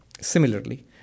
Similarly